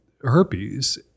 herpes